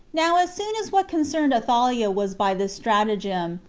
now as soon as what concerned athaliah was by this stratagem,